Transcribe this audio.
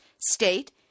State